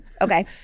Okay